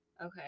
Okay